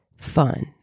fun